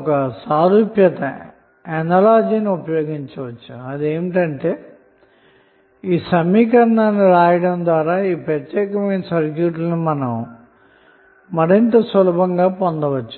ఒక సారూప్యతను ఉపయోగిద్దాము అదేమిటంటే ఈ సమీకరణాన్ని వ్రాయుట ద్వారా ఈ ప్రత్యేకమైన సర్క్యూట్ లను మరింత సులభంగా పొందవచ్చు